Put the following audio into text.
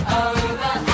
over